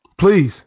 Please